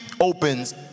opens